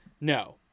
no